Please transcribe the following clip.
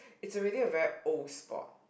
is already a very old sport